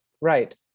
Right